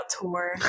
tour